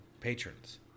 patrons